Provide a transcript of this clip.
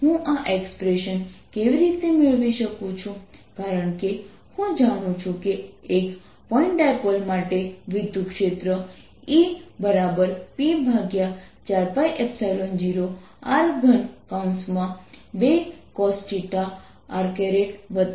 rr m હું આ expression કેવી રીતે મેળવી શકું કારણ કે હું જાણું છું કે એક પોઇન્ટ ડાયપોલ માટે વિદ્યુતક્ષેત્ર Edipole P4π0r32cosθ rsinθ હતું